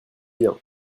bien